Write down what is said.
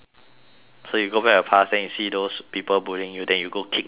so you go back your past then you see those people bullying you then you go kick those girls